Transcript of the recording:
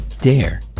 dare